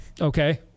okay